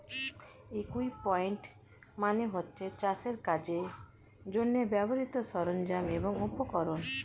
equipment মানে হচ্ছে চাষের কাজের জন্যে ব্যবহৃত সরঞ্জাম এবং উপকরণ